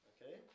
Okay